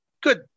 good